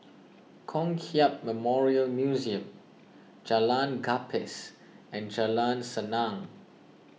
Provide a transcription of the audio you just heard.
Kong Hiap Memorial Museum Jalan Gapis and Jalan Senang